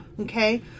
Okay